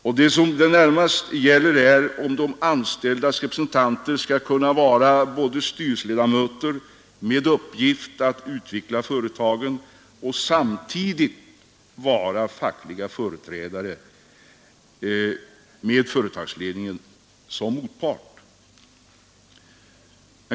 Vad det närmast gäller är om de anställdas representanter skall kunna vara både styrelseledamöter, med uppgift att utveckla företagen, och samtidigt fackliga företrädare med företagsledningen som motpart.